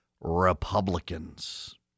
Republicans